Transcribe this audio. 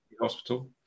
hospital